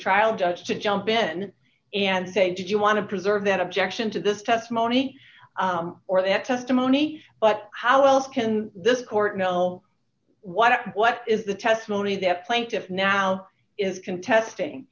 trial judge to jump in and say did you want to preserve that objection to this testimony or that testimony but how else can this court will what what is the testimony that plaintiff's now is contesting